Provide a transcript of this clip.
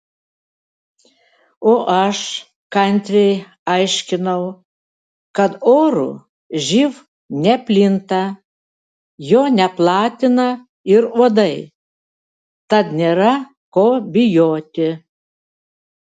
o aš kantriai aiškinau kad oru živ neplinta jo neplatina ir uodai tad nėra ko bijoti